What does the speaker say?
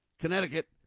Connecticut